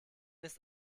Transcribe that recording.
ist